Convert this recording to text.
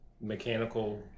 mechanical